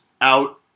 out